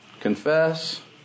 confess